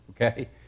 okay